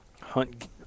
hunt